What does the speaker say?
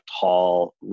tall